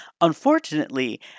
Unfortunately